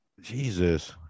Jesus